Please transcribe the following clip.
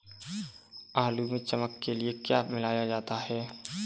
आलू में चमक के लिए क्या मिलाया जाता है?